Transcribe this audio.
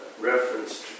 reference